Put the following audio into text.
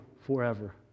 forever